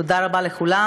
תודה רבה לכולם,